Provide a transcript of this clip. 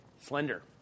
Slender